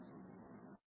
നന്ദി